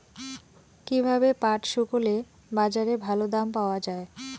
কীভাবে পাট শুকোলে বাজারে ভালো দাম পাওয়া য়ায়?